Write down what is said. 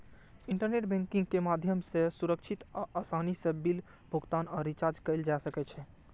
internet banking के माध्यम सं सुरक्षित आ आसानी सं बिल भुगतान आ रिचार्ज कैल जा सकै छै